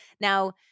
Now